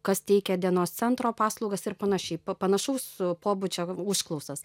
kas teikia dienos centro paslaugas ir panašiai panašaus pobūdžio užklausas